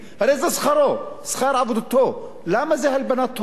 הרי זה שכרו, שכר עבודתו, למה זה הלבנת הון?